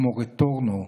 כמו "רטורנו",